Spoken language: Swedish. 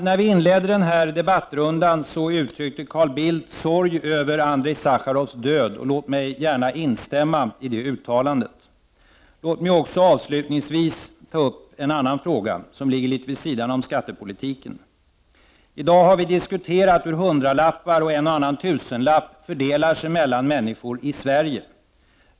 När vi inledde denna debattrunda uttryckte Carl Bildt sorg över Andrej Sakharovs död. Jag vill gärna instämma i det uttalandet. Låt mig avslutningsvis även få ta upp en annan fråga, som ligger litet vid sidan om skattepolitiken. I dag har vi diskuterat hur hundralappar och en och annan tusenlapp fördelar sig mellan människor i Sverige.